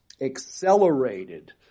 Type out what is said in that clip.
accelerated